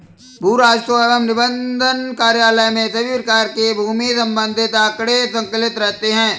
भू राजस्व एवं निबंधन कार्यालय में सभी प्रकार के भूमि से संबंधित आंकड़े संकलित रहते हैं